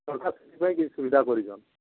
ସରକାର ସେଥିପାଇଁ କିଛି ସୁବିଧା କରିଛନ୍ତି